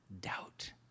doubt